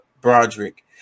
Broderick